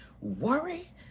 worry